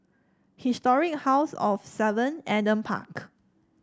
Historic House of Seven Adam Park